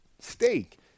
stake